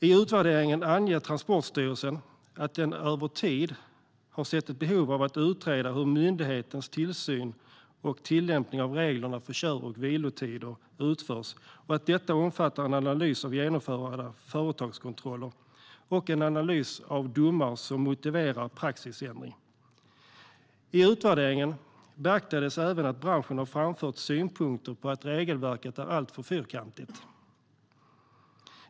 I utvärderingen anger Transportstyrelsen att den över tid har sett ett behov av att utreda hur myndighetens tillsyn och tillämpning av reglerna för kör och vilotider utförs och att detta omfattar en analys av genomförda företagskontroller och en analys av domar som motiverar praxisändring. I utvärderingen beaktades även att branschen har framfört synpunkter på att regelverket är alltför fyrkantigt.